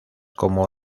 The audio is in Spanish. como